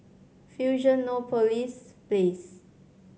Fusionopolis Place